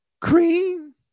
Cream